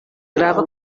grava